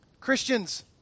Christians